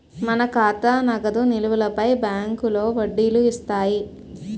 మన ఖాతా నగదు నిలువులపై బ్యాంకులో వడ్డీలు ఇస్తాయి